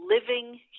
living